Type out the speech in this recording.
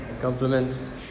compliments